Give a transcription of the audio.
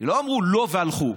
לא אמרו "לא" והלכו.